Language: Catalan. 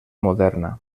moderna